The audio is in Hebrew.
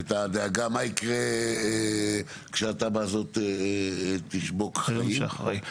את הדאגה למה יקרה כשהתמ"א הזאת תשבוק חיים.